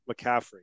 McCaffrey